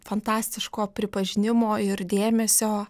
fantastiško pripažinimo ir dėmesio